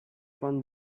from